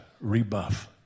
rebuff